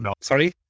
Sorry